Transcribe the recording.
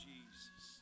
Jesus